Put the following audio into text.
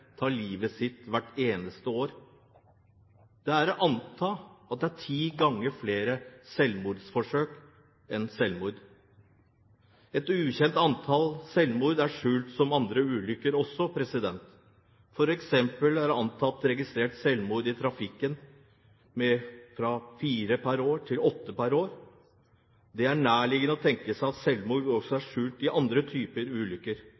tar livet sitt hvert eneste år. Det er å anta at det er ti ganger flere selvmordsforsøk enn selvmord. Et ukjent antall selvmord er skjult som andre ulykker. For eksempel er antall registrerte selvmord i trafikken doblet fra fire per år til åtte per år. Det er nærliggende å tenke seg at selvmord er skjult i andre typer ulykker,